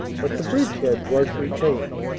but the bridgehead was retained.